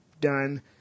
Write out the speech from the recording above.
done